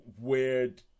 weird